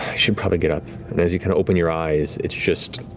should probably get up. and as you open your eyes, it's just